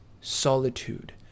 solitude